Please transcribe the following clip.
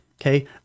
Okay